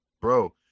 bro